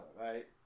right